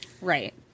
Right